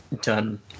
done